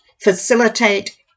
facilitate